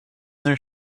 their